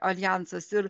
aljansas ir